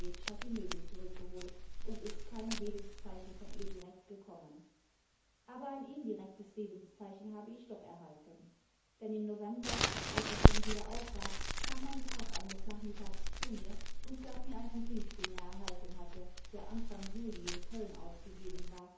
hat die möbel zurückgeholt und ist kein lebenszeichen von ihr direkt gekommen aber ein indirektes lebenszeichen habe ich doch erhalten demi im november als ich schon wieder auf war kam mein graf eines nachmittags zu mir imd gab mir einen brief den er erhalten hatte der anfang juli in köln aufgegeben war